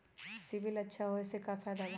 CIBIL अच्छा होऐ से का फायदा बा?